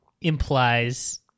implies